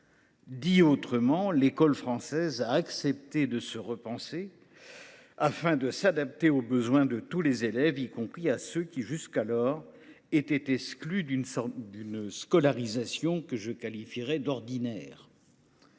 Dit autrement, l’école française a accepté de se repenser, afin de s’adapter aux besoins de tous les élèves, y compris de ceux qui, jusqu’alors, étaient exclus d’une scolarisation que je qualifierai d’ordinaire.